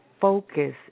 focus